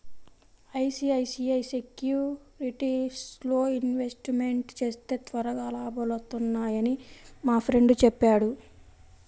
ICICI సెక్యూరిటీస్లో ఇన్వెస్ట్మెంట్ చేస్తే త్వరగా లాభాలొత్తన్నయ్యని మా ఫ్రెండు చెప్పాడు